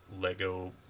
Lego